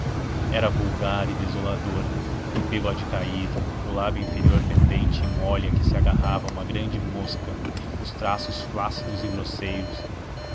era vulgar e desoladora o bigode caído o lábio inferior pendente e mole a que se agarrava uma grande mosca os traços flácidos e grosseiros